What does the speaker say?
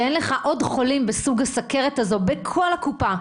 שאין לך עוד חולים בסוג הסוכרת הזו בכל הקופה,